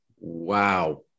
Wow